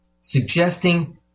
suggesting